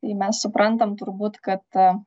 jei mes suprantam turbūt kad